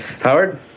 howard